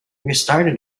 restarted